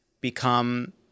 become